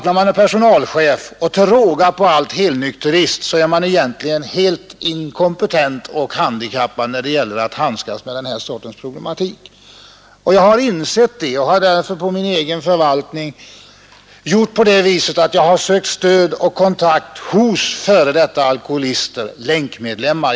När man är personalchef och till råga på allt helnykterist är man egentligen helt inkompetent och handikappad när det gäller att handskas med denna problematik. Jag har insett detta och har därför på min egen förvaltning sökt stöd och kontakt hos f. d. alkoholister, länkmedlemmar.